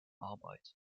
arbeit